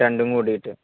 രണ്ടും കൂടിയിട്ട്